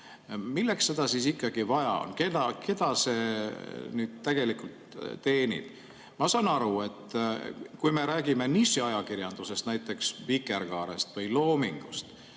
Milleks seda siis ikkagi vaja on? Keda see tegelikult teenib? Ma saan aru, et kui me räägime nišiajakirjandusest, näiteks Vikerkaarest või Loomingust,